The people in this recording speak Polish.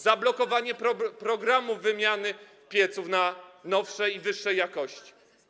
Zablokowanie programu wymiany pieców na nowsze i wyższej jakości.